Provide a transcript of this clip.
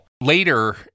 later